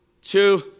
two